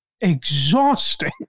exhausting